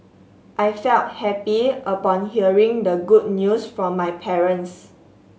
I felt happy upon hearing the good news from my parents